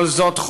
כל זאת,